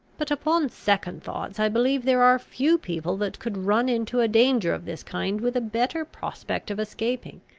but, upon second thoughts, i believe there are few people that could run into a danger of this kind with a better prospect of escaping.